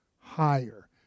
higher